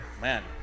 Man